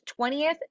20th